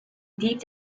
deep